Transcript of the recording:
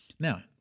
Now